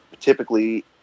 typically